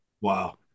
Wow